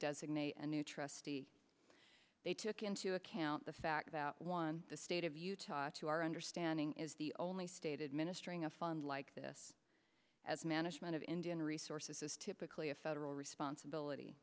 designate a new trustee they took into account the fact that one the state of utah to our understanding is the only stated ministering a fund like this as management of indian resources is typically a federal responsibility